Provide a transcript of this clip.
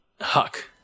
Huck